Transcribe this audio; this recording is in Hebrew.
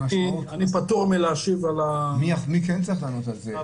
אני פטור מלהשיב על ה --- מי כן צריך לענות על זה?